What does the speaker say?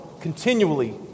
continually